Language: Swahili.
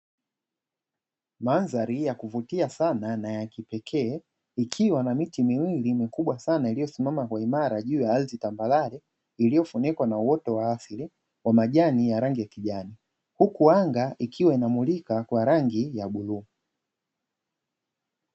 Mandhari ya kuvutia sana na ya kipekee, ikiwa na miti miwili mikubwa sana iliyosimama kwa uimara juu ya ardhi tambarare, iliyofunikwa na uoto wa asili wa majani ya rangi ya kijani, huku anga ikiwa inamulika kwa rangi ya bluu.